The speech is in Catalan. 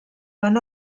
van